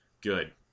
good